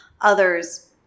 Others